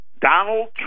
Donald